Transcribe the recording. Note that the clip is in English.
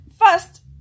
first